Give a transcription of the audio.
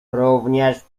również